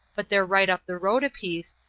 but they're right up the road a piece,